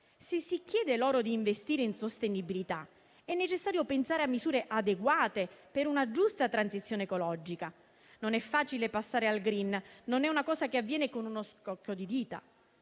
Se si chiede loro di investire in sostenibilità, è necessario pensare a misure adeguate per una giusta transizione ecologica. Non è facile passare al *green*; non è una cosa che avviene con uno schiocco di dita.